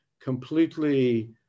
completely